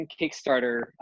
Kickstarter